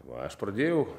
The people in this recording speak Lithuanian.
va aš pradėjau